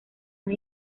más